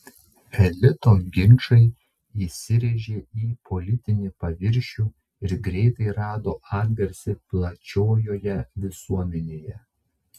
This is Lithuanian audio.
elito ginčai įsirėžė į politinį paviršių ir greitai rado atgarsį plačiojoje visuomenėje